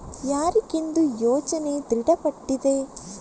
ಯಾರಿಗೆಂದು ಯೋಜನೆ ದೃಢಪಟ್ಟಿದೆ?